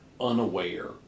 unaware